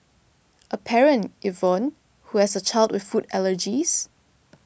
a parent Yvonne who has a child with food allergies